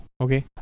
Okay